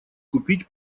купить